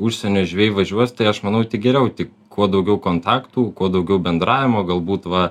užsienio žvejai važiuos tai aš manau tik geriau tik kuo daugiau kontaktų kuo daugiau bendravimo galbūt va